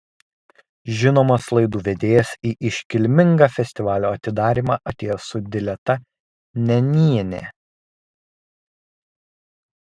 žinomas laidų vedėjas į iškilmingą festivalio atidarymą atėjo su dileta nenėne